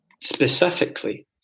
specifically